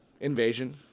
Invasion